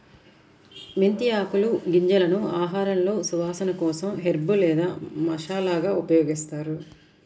మెంతి ఆకులు, గింజలను ఆహారంలో సువాసన కోసం హెర్బ్ లేదా మసాలాగా ఉపయోగిస్తారు